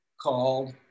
called